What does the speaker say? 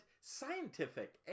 scientific